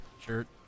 shirt